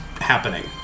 happening